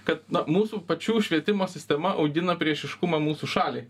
kad na mūsų pačių švietimo sistema augina priešiškumą mūsų šaliai